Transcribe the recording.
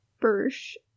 Birch